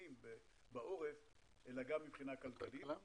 אלא גם מבחינה כלכלית,